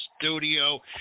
studio